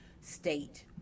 state